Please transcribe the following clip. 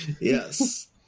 yes